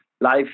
life